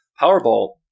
Powerball